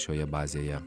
šioje bazėje